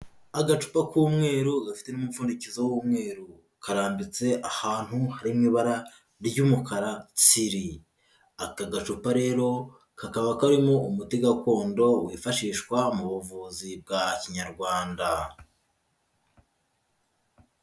Agacupa k'umweru gafite n'umupfundikizo w'umweru, karambitse ahantu hari mu ibara ry'umukara tsiri, aka gacupa rero kakaba karimo umuti gakondo wifashishwa mu buvuzi bwa Kinyarwanda.